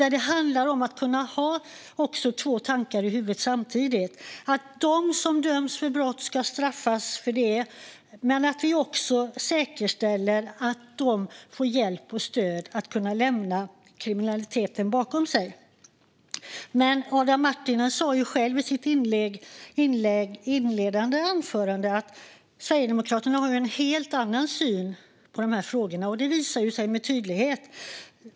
Det handlar också om att kunna ha två tankar i huvudet samtidigt: De som döms för brott ska straffas för det, men vi ska också säkerställa att de får hjälp och stöd att kunna lämna kriminaliteten bakom sig. Adam Marttinen sa i sitt inledande anförande att Sverigedemokraterna har en helt annan syn i dessa frågor. Det visar sig ju tydligt.